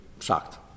shocked